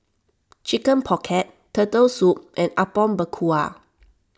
Chicken Pocket Turtle Soup and Apom Berkuah